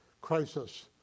crisis